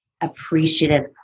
appreciative